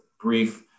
brief